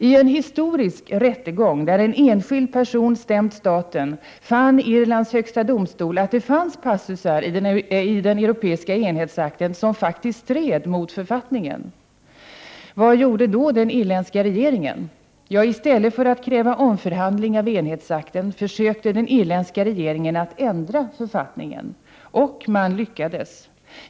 I en historisk rättegång, där en enskild person stämt staten, fann Irlands högsta domstol att det fanns passusar i den europeiska enhetsakten som faktiskt stred mot författningen. Vad gjorde då den irländska regeringen? I stället för att kräva omförhandling av enhetsakten försökte den ändra författningen, och man lyckades.